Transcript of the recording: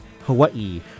Hawaii